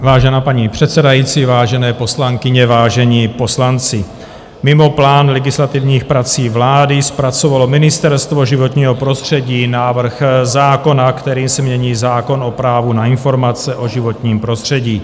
Vážená paní předsedající, vážené poslankyně, vážení poslanci, mimo plán legislativních prací vlády zpracovalo Ministerstvo životního prostředí návrh zákona, kterým se mění zákon o právu na informace o životním prostředí.